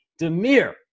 Demir